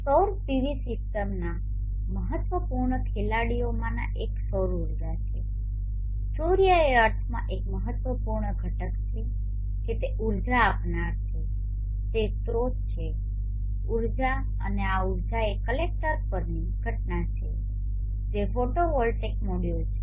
સૌર પીવી સિસ્ટમના મહત્વપૂર્ણ ખેલાડીઓમાંના એક સૌર ઉર્જા છે સૂર્ય એ અર્થમાં એક મહત્વપૂર્ણ ઘટક છે કે તે ઉર્જા આપનાર છે તે સ્રોત છે ઉર્જા અને આ ઉર્જા એ કલેક્ટર પરની ઘટના છે જે ફોટોવોલ્ટેઇક મોડ્યુલ છે